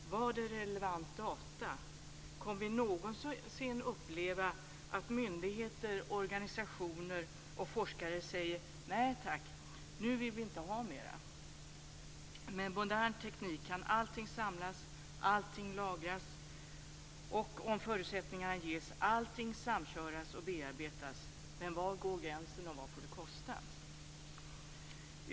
Vad är relevanta data? Kommer vi någonsin att uppleva att myndigheter, organisationer och forskare säger: nej tack, nu vill vi inte ha mer? Med modern teknik kan allting samlas och lagras. Om förutsättningar ges kan allting samköras och bearbetas. Men var går gränsen, och vad får det kosta?